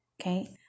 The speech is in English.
Okay